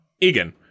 Egan